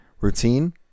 routine